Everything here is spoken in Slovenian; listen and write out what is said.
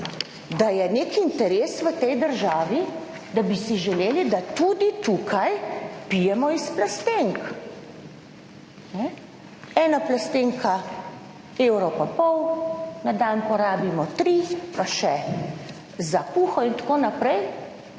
da je nek interes v tej državi, da bi si želeli, da tudi tukaj pijemo iz plastenk, ne. Ena plastenka evro pa pol, na dan porabimo tri, pa še za kuho in tako naprej,